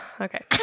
Okay